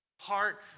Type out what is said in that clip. heart